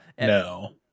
no